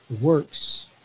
works